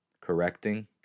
correcting